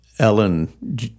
Ellen